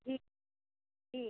जी जी